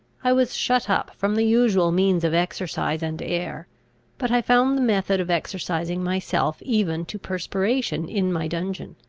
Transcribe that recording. i was shut up from the usual means of exercise and air but i found the method of exercising myself even to perspiration in my dungeon.